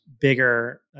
bigger